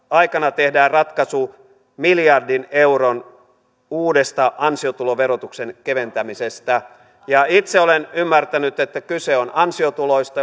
aikana tehdään ratkaisu miljardin euron uudesta ansiotuloverotuksen keventämisestä itse olen ymmärtänyt että kyse on ansiotuloista